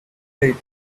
date